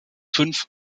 fünf